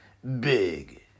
Big